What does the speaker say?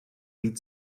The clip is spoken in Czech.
být